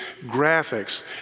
graphics